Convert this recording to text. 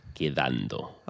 quedando